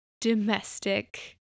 domestic